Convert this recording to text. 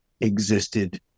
existed